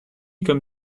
comme